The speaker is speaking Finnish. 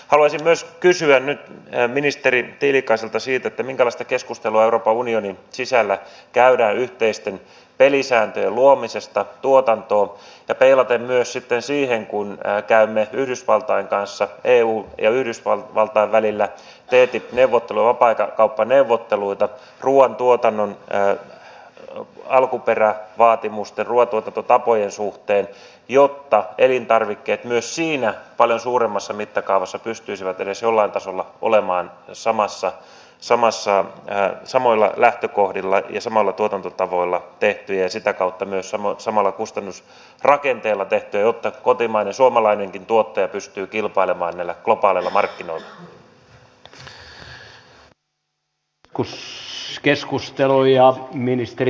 haluaisin myös kysyä nyt ministeri tiilikaiselta siitä minkälaista keskustelua euroopan unionin sisällä käydään yhteisten pelisääntöjen luomisesta tuotantoon peilaten myös sitten siihen kun käymme eun ja yhdysvaltain välillä ttip neuvotteluja vapaakauppaneuvotteluja ruuantuotannon alkuperävaatimusten ruuantuotantotapojen suhteen jotta elintarvikkeet myös siinä paljon suuremmassa mittakaavassa pystyisivät edes jollain tasolla olemaan samoilla lähtökohdilla ja samoilla tuotantotavoilla tehtyjä ja sitä kautta myös samalla kustannusrakenteella tehtyjä jotta suomalainenkin tuottaja pystyy kilpailemaan näillä globaaleilla markkinoilla